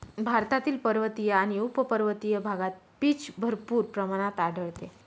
भारतातील पर्वतीय आणि उपपर्वतीय भागात पीच भरपूर प्रमाणात आढळते